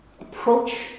Approach